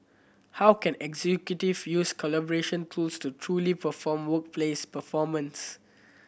how can executive use collaboration tools to truly perform workplace performance